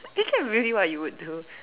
is that really what you would do